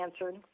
answered